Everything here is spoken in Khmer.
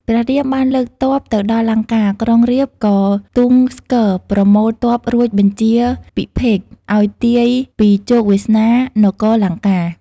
ព្រះរាមបានលើកទ័ពទៅដល់លង្កា ក្រុងរាពណ៍ក៏ទូងស្គរប្រមូលទ័ពរួចបញ្ជា ពិភេកឱ្យទាយពីជោគវាសនានគរលង្កា។